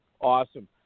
Awesome